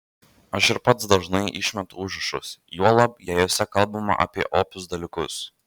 aš ir pats dažnai išmetu užrašus juolab jei juose kalbama apie opius dalykus